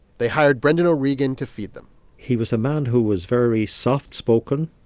they hired brendan o'regan to feed them he was a man who was very soft-spoken,